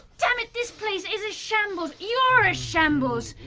damn it, this place is a shambles, you're a shambles.